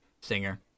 singer